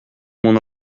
mon